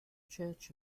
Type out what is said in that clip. church